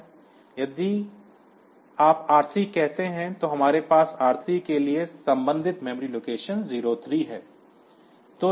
इसलिए यदि आप R3 कहते हैं तो हमारे पास R3 के लिए संबंधित मेमोरी लोकेशन 03 है